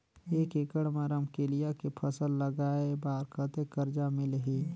एक एकड़ मा रमकेलिया के फसल लगाय बार कतेक कर्जा मिलही?